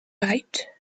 byte